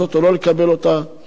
האם יוקלטו השיחות?